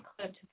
clip